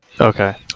okay